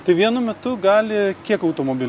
tai vienu metu gali kiek automobilių